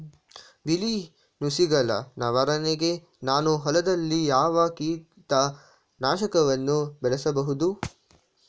ಬಿಳಿ ನುಸಿಗಳ ನಿವಾರಣೆಗೆ ನಾನು ಹೊಲದಲ್ಲಿ ಯಾವ ಕೀಟ ನಾಶಕವನ್ನು ಬಳಸಬಹುದು?